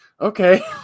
okay